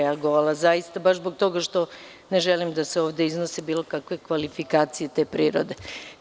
Reagovala bih, zaista, baš zbog toga što ne želim da se ovde iznose bilo kakve kvalifikacije te prirode.